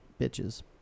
bitches